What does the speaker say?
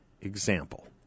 example